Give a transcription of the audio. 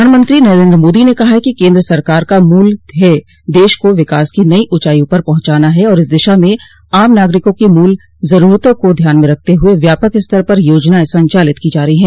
प्रधानमंत्री नरेन्द्र मोदी ने कहा है कि केन्द्र सरकार का मूल ध्येय देश को विकास की नई ऊँचाईयों पर पहुंचाना है और इस दिशा में आम नागरिकों की मूलभूत जरूरतों को ध्यान में रखते हुए व्यापक स्तर पर योजनाएं संचालित को जा रही है